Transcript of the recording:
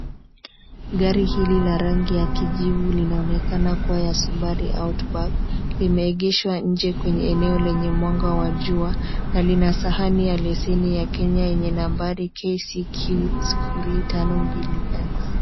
Gari hili la rangi ya kijivu linaonekana kuwa ya Subaru Outback, limeegeshwa nje kwenye eneo lenye mwanga wa jua na lina sahani ya lesini ya Kenya yenye nabari KCQ 052X.